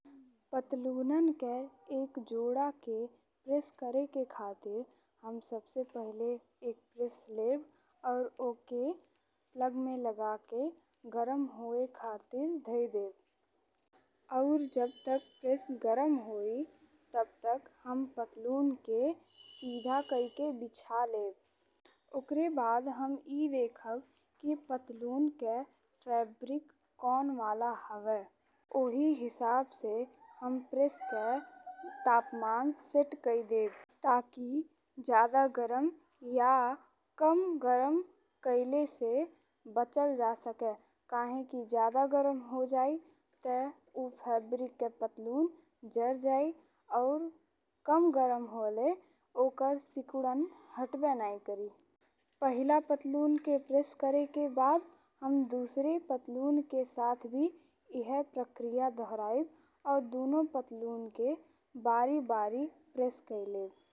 पतलूनन के एक जोड़ा के प्रेस करेके खातिर हम सबसे पहिले एक प्रेस लेब अउर ओके प्लग में लगा के गरम होइ खातिर धई देब अउर जब तक प्रेस गरम होई तब तक हम पतलून के सीधा कई के बिछा लेब। ओकरे बाद हम ए देखब कि पतलून के फैब्रिक कौन वाला हवे। ओही हिसाब से हम प्रेस के तापमान सेट काई देब ताकि जाड़ा गरम या कम गरम कईले से बचल जा सके। काहेकि जाड़ा गरम हो जाइ ते उ फैब्रिक के पतलून जारी जाइ अउर कम गरम होले ओकर सिकुड़न हटबे नहीं करी। पहिला पतलून के प्रेस करेके बाद हम दुसरे पतलून के साथ भी एह प्रक्रिया दोहरइब अउर दुनो पतलून के बारी-बारी प्रेस कई लेब।